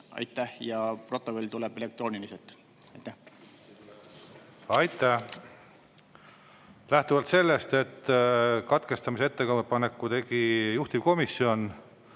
ja protokoll tuleb elektrooniliselt. Aitäh! Lähtuvalt sellest, et katkestamisettepaneku tegi juhtivkomisjon,